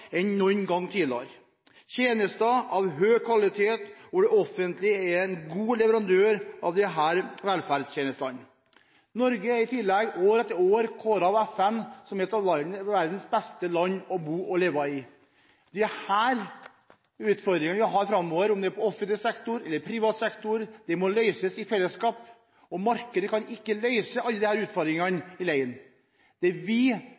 enn noen gang tidligere. Det er tjenester av høy kvalitet, og det offentlige er en god leverandør av disse velferdstjenestene. Norge er i tillegg år etter år kåret av FN til et av verdens beste bo og leve i. De problemene vi har, enten det er i offentlig eller privat sektor, må løses i fellesskap, og markedet kan ikke løse alle disse utfordringene alene. Det er vi